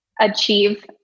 achieve